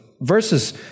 verses